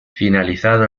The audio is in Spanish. finalizado